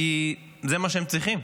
כי זה מה שהם צריכים,